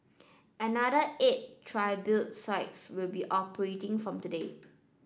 another eight tribute sites will be operating from today